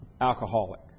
alcoholic